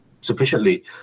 sufficiently